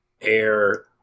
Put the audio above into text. air